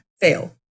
fail